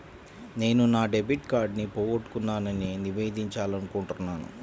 నేను నా డెబిట్ కార్డ్ని పోగొట్టుకున్నాని నివేదించాలనుకుంటున్నాను